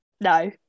No